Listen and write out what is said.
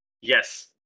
Yes